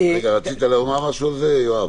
רצית לומר על זה משהו, יואב?